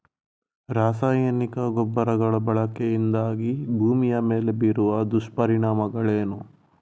ರಾಸಾಯನಿಕ ಗೊಬ್ಬರಗಳ ಬಳಕೆಯಿಂದಾಗಿ ಭೂಮಿಯ ಮೇಲೆ ಬೀರುವ ದುಷ್ಪರಿಣಾಮಗಳೇನು?